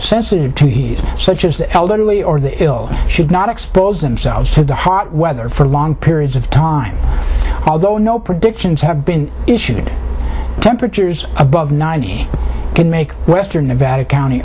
sensitive to such as the elderly or the ill should not expose themselves to the hot weather for long periods of time although no predictions have been issued temperatures above ninety can make western nevada county